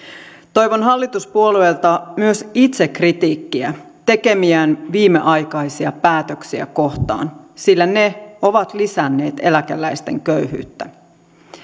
toivon hallituspuolueilta myös itsekritiikkiä tekemiään viimeaikaisia päätöksiä kohtaan sillä ne ovat lisänneet eläkeläisten köyhyyttä